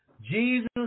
Jesus